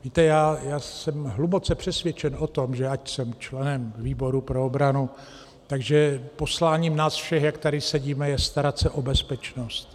Víte, já jsem hluboce přesvědčen o tom, že ač jsem členem výboru pro obranu, tak že posláním nás všech, jak tady sedíme, je starat se o bezpečnost.